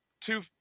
two